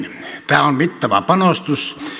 tämä on on mittava panostus